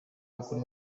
bakora